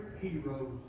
heroes